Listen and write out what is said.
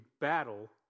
battle